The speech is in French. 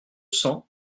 cents